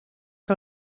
que